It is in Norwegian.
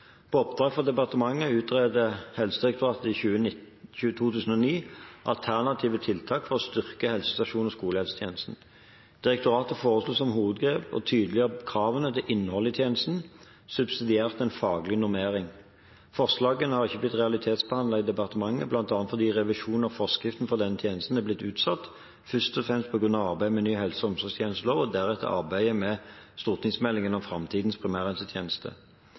På oppdrag fra departementet utredet Helsedirektoratet i 2009 alternative tiltak for å styrke helsestasjons- og skolehelsetjenesten. Direktoratet foreslo som hovedgrep å tydeliggjøre kravene til innhold i tjenesten, subsidiært en faglig normering. Forslagene har ikke blitt realitetsbehandlet i departementet, bl.a. fordi revisjon av forskriften for denne tjenesten er blitt utsatt, først og fremst på grunn av arbeidet med ny helse- og omsorgstjenestelov, og deretter arbeidet med stortingsmeldingen om fremtidens primærhelsetjeneste.